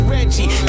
Reggie